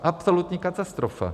Absolutní katastrofa.